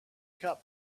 cup